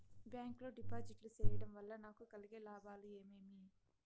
Bank లో డిపాజిట్లు సేయడం వల్ల నాకు కలిగే లాభాలు ఏమేమి?